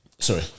Sorry